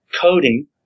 coding